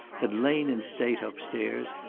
had lain in state upstairs,